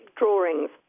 drawings